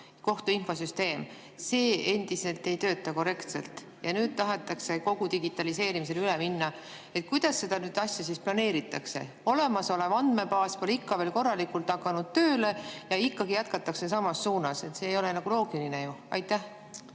kohtuinfosüsteem endiselt ei tööta korrektselt, ja nüüd tahetakse kogu [kohtumenetluse] digitaliseerimisele üle minna. Kuidas seda asja siis planeeritakse? Olemasolev andmebaas pole ikka veel korralikult tööle hakanud, aga ikkagi jätkatakse samas suunas. See ei ole nagu loogiline ju. Aitäh!